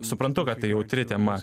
suprantu kad tai jautri tema